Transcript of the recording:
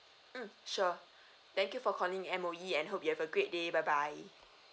mmhmm sure thank you for calling M_O_E and hope you have a great day bye bye